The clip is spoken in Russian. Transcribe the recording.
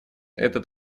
этот